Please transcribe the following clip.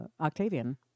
Octavian